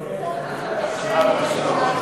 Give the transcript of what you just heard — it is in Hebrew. ברכה,